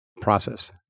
process